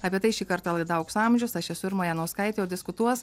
apie tai šį kartą laida aukso amžiaus aš esu irma janauskaitė o diskutuos